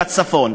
בצפון,